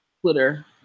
Twitter